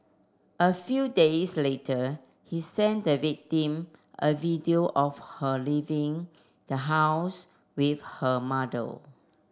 a few days later he sent the victim a video of her leaving the house with her mother